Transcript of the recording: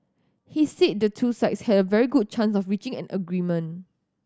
he said the two sides had a very good chance of reaching an agreement